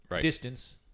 distance